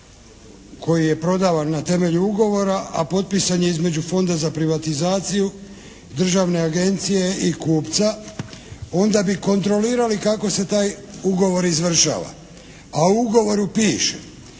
koji je prodavan na temelju ugovora, a potpisan je između Fonda za privatizaciju, državne agencije i kupca, onda bi kontrolirali kako se taj ugovor izvršava, a u ugovoru piše